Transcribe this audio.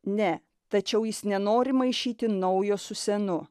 ne tačiau jis nenori maišyti naujo su senu